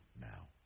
now